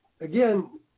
again